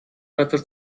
газар